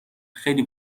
خیلی